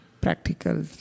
practical